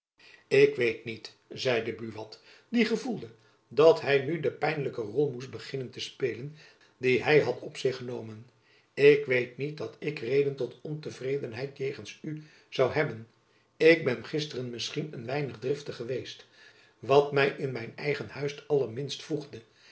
ik weet niet zèide buat die gevoelde dat hy nu de pijnlijke rol moest beginnen te spelen die hy had op zich genomen ik weet niet dat ik reden tot ontevredenheid jegens u zoû hebben ik ben gisteren misschien een weinig driftig geweest wat my in mijn eigen huis allerminst voegde